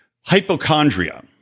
hypochondria